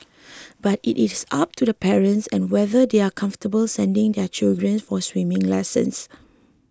but it is up to the parents and whether they are comfortable sending their children for swimming lessons